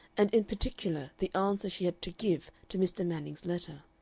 and in particular the answer she had to give to mr. manning's letter,